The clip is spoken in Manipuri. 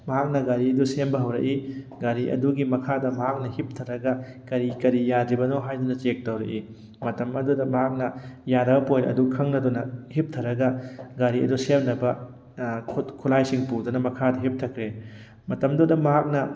ꯃꯍꯥꯛꯅ ꯒꯥꯔꯤꯗꯨ ꯁꯦꯝꯕ ꯍꯧꯔꯛꯏ ꯒꯥꯔꯤ ꯑꯗꯨꯒꯤ ꯃꯈꯥꯗ ꯃꯍꯥꯛꯅ ꯍꯤꯞꯊꯔꯒ ꯀꯔꯤ ꯀꯔꯤ ꯌꯥꯗ꯭ꯔꯤꯕꯅꯣ ꯍꯥꯏꯗꯨꯅ ꯆꯦꯛ ꯇꯧꯔꯛꯏ ꯃꯇꯝ ꯑꯗꯨꯗ ꯃꯍꯥꯛꯅ ꯌꯥꯗꯕ ꯄꯣꯏꯟ ꯑꯗꯨ ꯈꯪꯂꯗꯨꯅ ꯍꯤꯞꯊꯔꯒ ꯒꯥꯔꯤ ꯑꯗꯨ ꯁꯦꯝꯅꯕ ꯈꯨꯠꯂꯥꯏꯁꯤꯡ ꯄꯨꯗꯨꯅ ꯃꯈꯥꯗ ꯍꯤꯞꯊꯈ꯭ꯔꯦ ꯃꯇꯝꯗꯨꯗ ꯃꯍꯥꯛꯅ